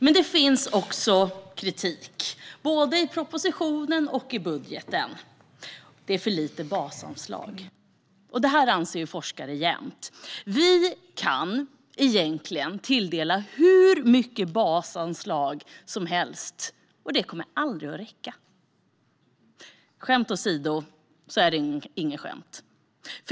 Men det finns också kritik, både i propositionen och i budgeten. Det är för lite basanslag. Det här anser forskare jämt. Vi kan egentligen tilldela hur mycket basanslag som helst, och det kommer aldrig att räcka. Skämt åsido - det är inget skämt.